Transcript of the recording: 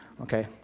Okay